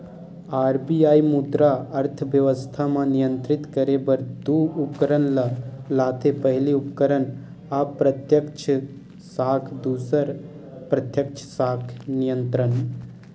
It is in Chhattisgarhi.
आर.बी.आई मुद्रा अर्थबेवस्था म नियंत्रित करे बर दू उपकरन ल लाथे पहिली उपकरन अप्रत्यक्छ साख दूसर प्रत्यक्छ साख नियंत्रन